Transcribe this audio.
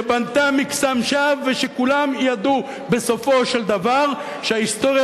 שבנו מקסם שווא ושכולם ידעו בסופו של דבר שההיסטוריה